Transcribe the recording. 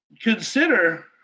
consider